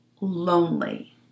lonely